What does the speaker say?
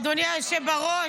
אדוני היושב בראש,